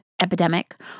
epidemic